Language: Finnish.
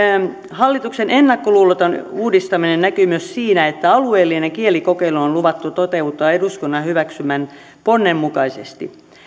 hallituksen ennakkoluuloton uudistaminen näkyy myös siinä että alueellinen kielikokeilu on luvattu toteuttaa eduskunnan hyväksymän ponnen mukaisesti